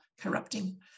corrupting